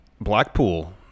Blackpool